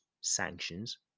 sanctions